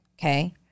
Okay